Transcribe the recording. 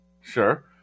Sure